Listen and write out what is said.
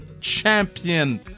champion